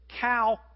cow